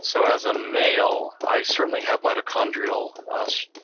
so as a male, i certainly have mitochondrial